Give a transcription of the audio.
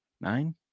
Nine